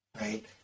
right